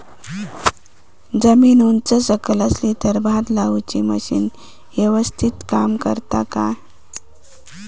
जमीन उच सकल असली तर भात लाऊची मशीना यवस्तीत काम करतत काय?